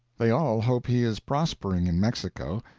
they all hope he is prospering in mexico,